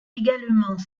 également